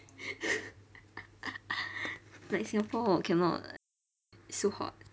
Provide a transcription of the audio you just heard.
like singapore cannot it's so hot